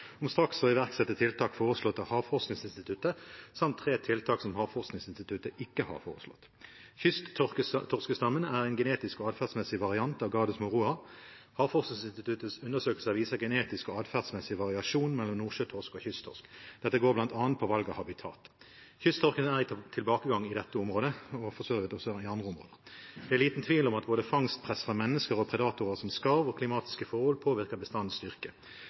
om straks å iverksette tiltak foreslått av Havforskningsinstituttet, samt tre tiltak som Havforskningsinstituttet ikke har foreslått. Kysttorskstammen er en genetisk og atferdsmessig variant av Gadus morhua. Havforskningsinstituttets undersøkelse viser genetisk og atferdsmessig variasjon mellom nordsjøtorsk og kysttorsk. Dette går bl.a. på valg av habitat. Kysttorsken er i tilbakegang i dette området, og for så vidt også i andre områder. Det er liten tvil om at både fangstpress fra mennesker, predatorer som skarv og klimatiske forhold påvirker